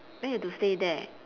then you have to stay there